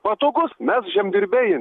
patogus mes žemdirbiai